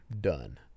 Done